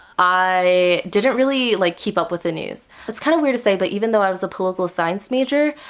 i didn't really like keep up with the news. it's kind of weird to say but even though i was a political science major,